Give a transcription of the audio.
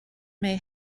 may